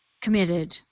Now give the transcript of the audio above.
committed